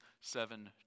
seven